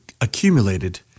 accumulated